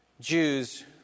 ...Jews